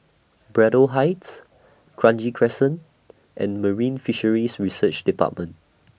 Braddell Heights Kranji Crescent and Marine Fisheries Research department